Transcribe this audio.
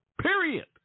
period